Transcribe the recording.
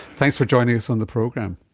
thanks for joining us on the program.